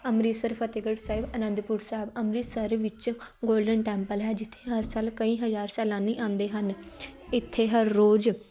ਅੰਮ੍ਰਿਤਸਰ ਫਤਿਹਗੜ੍ਹ ਸਾਹਿਬ ਅਨੰਦਪੁਰ ਸਾਹਿਬ ਅੰਮ੍ਰਿਤਸਰ ਵਿੱਚ golden temple ਹੈ ਜਿੱਥੇ ਹਰ ਸਾਲ ਕਈ ਹਜ਼ਾਰ ਸੈਲਾਨੀ ਆਉਂਦੇ ਹਨ ਇੱਥੇ ਹਰ ਰੋਜ਼